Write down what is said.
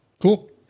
Cool